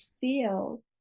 feel